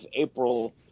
April